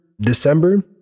December